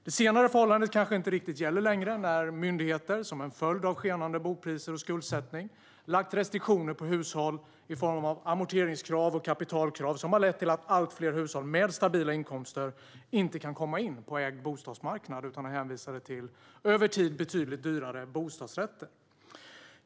Det senare förhållandet kanske inte riktigt gäller längre när myndigheter som en följd av skenande bopriser och skuldsättning lagt restriktioner på hushåll i form av amorteringskrav och kapitalkrav. Det har lett till att allt fler hushåll med stabila inkomster inte kan komma in på ägd bostadsmarknad utan är hänvisade till över tid betydligt dyrare bostadsrätter.